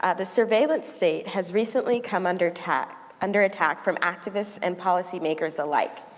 ah the surveillance state has recently come under attack under attack from activists and policy makers alike.